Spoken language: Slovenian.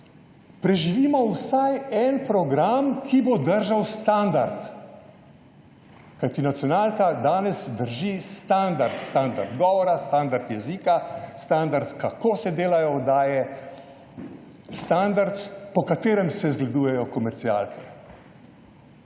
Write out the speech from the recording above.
preživimo vsaj en program, ki bo držal standard. Kajti nacionalka danes drži standard. Standard govora, standard jezika. Standard, kako se delajo oddaje. Standard, po katerem se zgledujejo komercialke.